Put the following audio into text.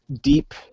deep